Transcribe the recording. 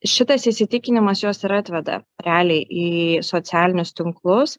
šitas įsitikinimas juos yra atveda realiai į socialinius tinklus